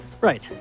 Right